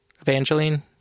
Evangeline